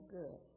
good